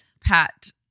Pat